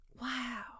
Wow